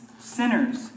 sinners